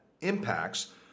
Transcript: impacts